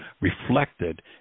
reflected